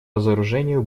разоружению